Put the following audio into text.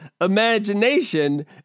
imagination